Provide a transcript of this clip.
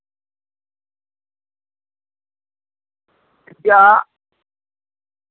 ᱴᱷᱤᱠᱜᱮᱭᱟ